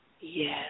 Yes